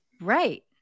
Right